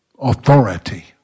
authority